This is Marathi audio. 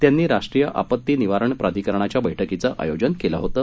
त्यांनी राष्ट्रीय आपत्ती निवारण प्राधिकरणाच्या बैठकीचं आयोजन केलं होतं